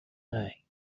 die